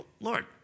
Lord